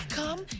come